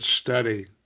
study